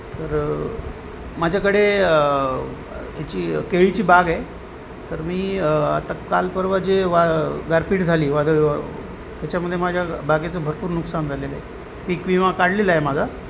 तर माझ्याकडे याची केळीची बाग आहे तर मी आता काल परवा जे वा गारपीट झाली वादळी त्याच्यामध्ये माझ्या बागेचं भरपूर नुकसान झालेलं आहे पीक विमा काढलेला आहे माझा